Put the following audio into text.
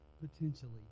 potentially